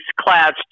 class